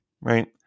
right